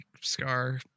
Scar